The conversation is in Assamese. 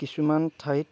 কিছুমান ঠাইত